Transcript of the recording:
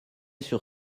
sur